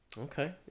Okay